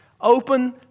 Open